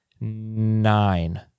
nine